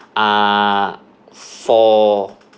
uh for